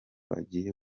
agiye